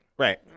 Right